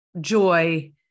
joy